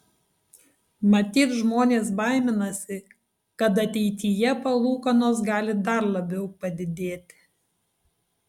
matyt žmonės baiminasi kad ateityje palūkanos gali dar labiau padidėti